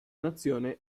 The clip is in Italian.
nazione